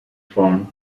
pond